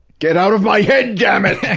get out of my head, damnit!